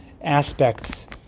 Aspects